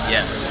Yes